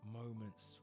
moments